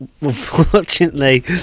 unfortunately